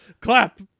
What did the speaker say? clap